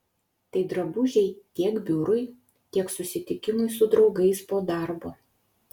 tai drabužiai tiek biurui tiek susitikimui su draugais po darbo